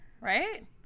Right